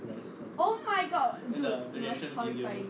oh my god dude it was horrifying